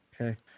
Okay